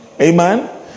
Amen